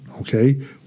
Okay